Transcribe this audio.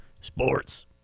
Sports